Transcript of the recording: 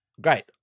great